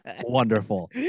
wonderful